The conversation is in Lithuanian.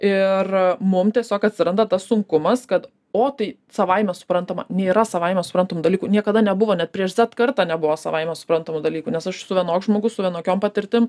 ir mum tiesiog atsiranda tas sunkumas kad o tai savaime suprantama nėra savaime suprantamų dalykų niekada nebuvo net prieš z kartą nebuvo savaime suprantamų dalykų nes aš esu vienoks žmogus su vienokiom patirtim